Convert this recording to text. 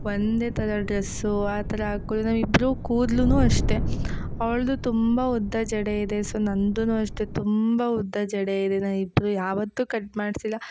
ಒಂದೇ ಥರ ಡ್ರೆಸ್ಸು ಆ ಥರ ಹಾಕೊದು ನಾವಿಬ್ರೂ ಕೂದ್ಲೂ ಅಷ್ಟೇ ಅವ್ಳದ್ದು ತುಂಬ ಉದ್ದ ಜಡೆ ಇದೆ ಸೊ ನನ್ದೂ ಅಷ್ಟೇ ತುಂಬ ಉದ್ದ ಜಡೆ ಇದೆ ನಾವಿಬ್ರು ಯಾವತ್ತೂ ಕಟ್ ಮಾಡಿಸಿಲ್ಲ